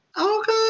okay